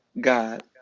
God